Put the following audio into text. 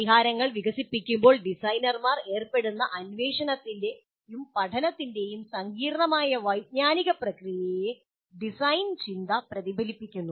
പരിഹാരങ്ങൾ വികസിപ്പിക്കുമ്പോൾ ഡിസൈനർമാർ ഏർപ്പെടുന്ന അന്വേഷണത്തിന്റെയും പഠനത്തിന്റെയും സങ്കീർണ്ണമായ വൈജ്ഞാനിക പ്രക്രിയയെ ഡിസൈൻ ചിന്ത പ്രതിഫലിപ്പിക്കുന്നു